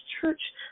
church